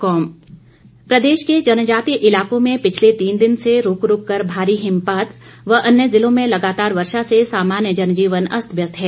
मौसम प्रदेश के जनजातीय इलाकों में पिछले तीन दिन से रुक रुक कर भारी हिमपात व अन्य जिलों में लगातार वर्षा से सामान्य जनजीवन अस्तव्यस्त है